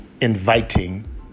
inviting